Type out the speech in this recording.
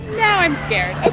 now i'm scared